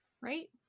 right